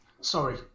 sorry